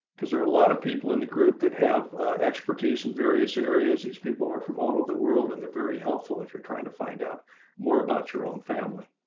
because there are a lot of people in the group that have expertise in various areas. these people are from all over the world, and they're very helpful if you're trying to find out more about your own family.